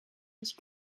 sich